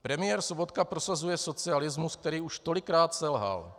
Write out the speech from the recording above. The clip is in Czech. Premiér Sobotka prosazuje socialismus, který už tolikrát selhal.